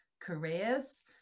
careers